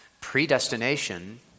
predestination